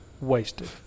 wasted